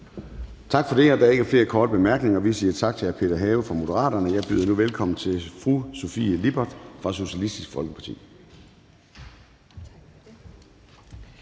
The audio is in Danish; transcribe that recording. Tak for det. Der er ikke flere korte bemærkninger. Vi siger tak til hr. Peter Have fra Moderaterne, og jeg byder nu velkommen til fru Sofie Lippert fra Socialistisk Folkeparti.